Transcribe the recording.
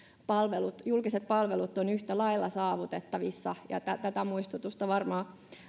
julkiset palvelut ovat yhtä lailla saavutettavissa tätä muistutusta varmaan